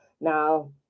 Now